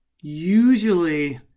usually